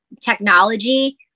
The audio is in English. technology